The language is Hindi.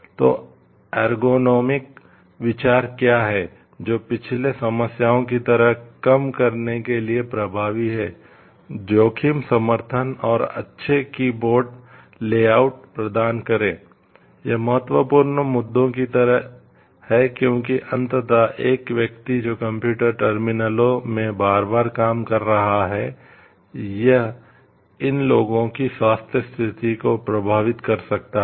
तो एर्गोनोमिक में बार बार काम कर रहा है यह इन लोगों की स्वास्थ्य स्थिति को प्रभावित कर सकता है